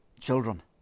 children